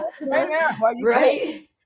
Right